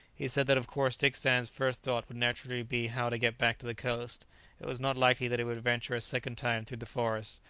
he said that of course dick sands' first thought would naturally be how to get back to the coast it was not likely that he would venture a second time through the forest,